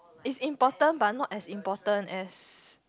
is important but not as important as